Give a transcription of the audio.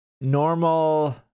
Normal